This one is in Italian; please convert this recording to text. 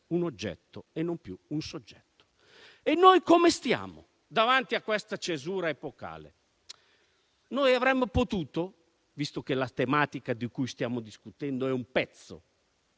un oggetto e non più un soggetto. E noi come stiamo davanti a questa cesura epocale? Visto che la tematica di cui stiamo discutendo è un pezzo